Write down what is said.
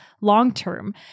long-term